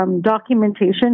documentation